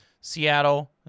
Seattle